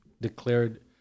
declared